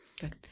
Good